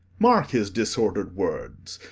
marke his disordered words,